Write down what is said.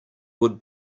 would